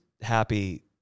happy